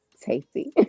Tasty